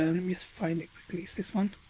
and and me just find it quickly, it's this one.